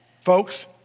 Folks